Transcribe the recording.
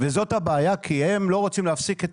וזאת הבעיה כי הם לא רוצים להפסיק את